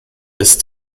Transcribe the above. ist